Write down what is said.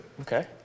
Okay